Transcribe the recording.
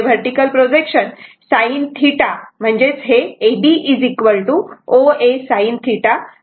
हे vertical projection sin θ आहे म्हणजेच AB OA sin θ